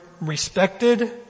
respected